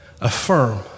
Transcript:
Affirm